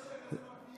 עצם הפנייה.